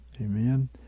Amen